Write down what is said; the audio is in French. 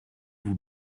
vous